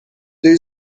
there